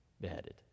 beheaded